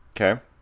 Okay